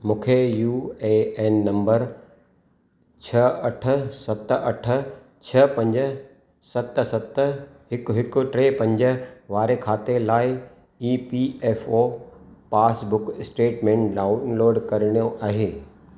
मूंखे U A N नंबरु छ्ह अठ सत अठ छ्ह पंज सत सत हिकु हिकु टे पंज वारे खाते लाइ E P F O passbook statement डाउनलोडु करणो आहे